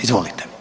Izvolite.